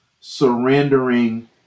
surrendering